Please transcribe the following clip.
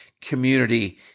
community